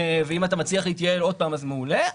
ואם אתה מצליח להתייעל עוד פעם אז מעולה,